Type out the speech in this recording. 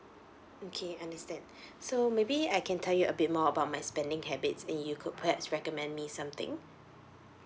okay understand so maybe I can tell you a bit more about my spending habits then you could perhaps recommend me something